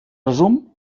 resum